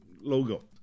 logo